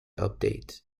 update